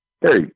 Hey